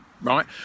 right